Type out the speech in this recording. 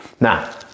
Now